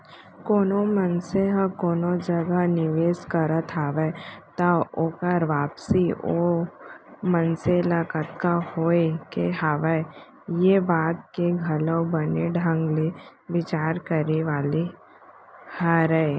कोनो मनसे ह कोनो जगह निवेस करत हवय त ओकर वापसी ओ मनसे ल कतका होय के हवय ये बात के घलौ बने ढंग ले बिचार करे वाले हरय